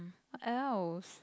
what else